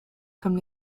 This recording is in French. comme